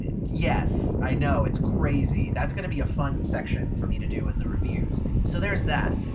yes, i know. it's crazy. that's gonna be a fun section for me to do in the reviews. so there's that!